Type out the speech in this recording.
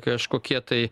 kažkokie tai